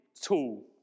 tool